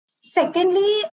Secondly